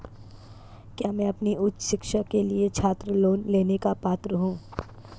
क्या मैं अपनी उच्च शिक्षा के लिए छात्र लोन लेने का पात्र हूँ?